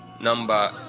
number